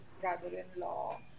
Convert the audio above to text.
brother-in-law